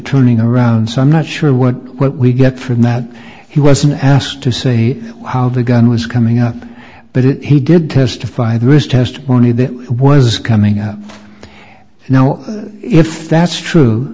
turning around so i'm not sure what what we get from that he wasn't asked to say how the gun was coming up but it he did testify there was testimony that was coming up now if that's